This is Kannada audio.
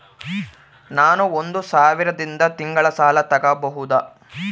ನಾನು ಒಂದು ಸಾವಿರದಿಂದ ತಿಂಗಳ ಸಾಲ ತಗಬಹುದಾ?